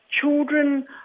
children